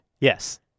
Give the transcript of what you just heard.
Yes